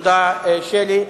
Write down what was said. תודה רבה שלי,